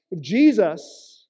Jesus